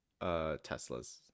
Teslas